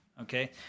Okay